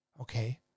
Okay